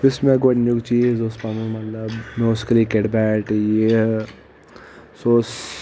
یُس مےٚ گۄڈنیُک چیز اوس پنن مطلب مےٚ اوس کرکٹ بیٹ یہِ سُہ اوس